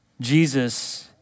Jesus